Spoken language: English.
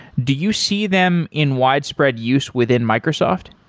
do you see them in widespread use within microsoft?